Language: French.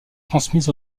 transmise